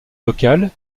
local